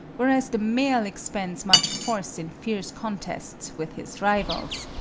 whereas the male expends much force in fierce contests with his rivals,